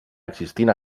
existint